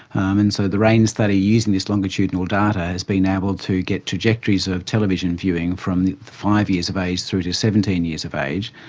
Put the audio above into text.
and so the raine study, using this longitudinal data, has been able to get trajectories of television viewing from five years of age through to seventeen years of age,